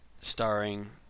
starring